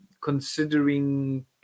considering